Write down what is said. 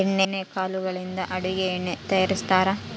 ಎಣ್ಣೆ ಕಾಳುಗಳಿಂದ ಅಡುಗೆ ಎಣ್ಣೆ ತಯಾರಿಸ್ತಾರಾ